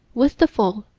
with the fall,